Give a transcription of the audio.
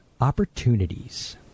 Opportunities